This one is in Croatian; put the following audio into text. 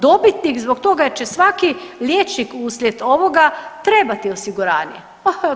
Dobitnik zbog toga jer će svaki liječnik uslijed ovoga trebati osiguranje.